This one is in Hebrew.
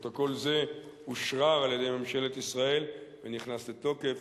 פרוטוקול זה אושרר על-ידי ממשלת ישראל ונכנס לתוקף